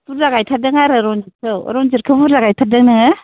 बुरजा गायथारदों आरो रन्जितखौ रन्जितखौ बुरजा गायथारदों नोङो